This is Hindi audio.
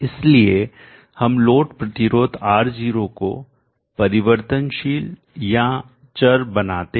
इसलिए हम लोड प्रतिरोध R0 को परिवर्तनशील या चर वेरिएबल बनाते हैं